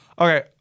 Okay